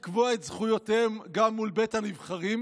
לקבוע את זכויותיהם גם מול בית הנבחרים,